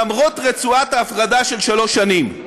למרות רצועת ההפרדה של שלוש שנים.